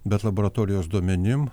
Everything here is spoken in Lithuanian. bet laboratorijos duomenim